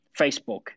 Facebook